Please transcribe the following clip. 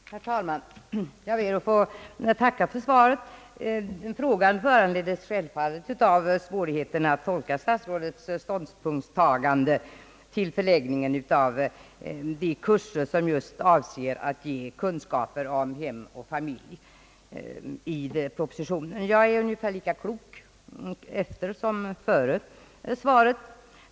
Herr talman! Jag ber att få tacka statsrådet för svaret. Frågan föranleddes självfallet av svårigheten att tolka statsrådets ståndpunktstagande till förläggningen av de kurser som just avser att ge kunskaper om hem och familj. Jag är ungefär lika klok efter som före svaret.